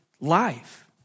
life